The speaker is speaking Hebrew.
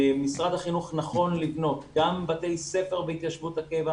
משרד החינוך נכון לבנות גם בתי ספר בהתיישבות הקבע.